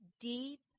deep